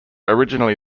originally